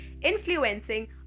influencing